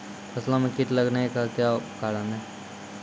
फसलो मे कीट लगने का क्या कारण है?